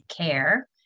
care